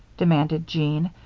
demanded jean,